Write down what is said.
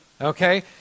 Okay